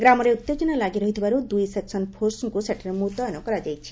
ଗ୍ରାମରେ ଉତେଜନା ଲାଗିରହିଥିବାରୁ ଦୁଇ ସେକ୍ନ ଫୋର୍ସଙ୍କୁ ସେଠାରେ ମୁତୟନ କରାଯାଇଛି